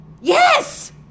Yes